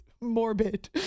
morbid